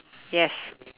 yes